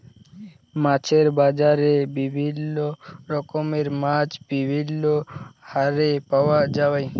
মাছের বাজারে বিভিল্য রকমের মাছ বিভিল্য হারে পাওয়া যায়